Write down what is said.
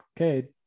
okay